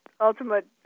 ultimate